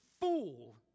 fool